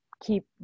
keep